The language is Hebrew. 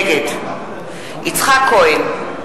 נגד יצחק כהן,